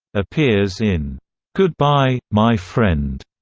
appears in goodbye, my friend,